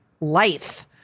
life